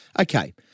okay